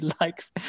likes